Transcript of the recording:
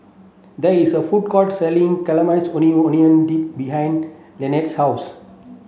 there is a food court selling Caramelized Maui Onion Dip behind Leeann's house